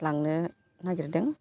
लांनो नागिरदों